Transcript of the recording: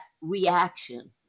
reaction